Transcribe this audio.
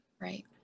Right